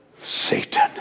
Satan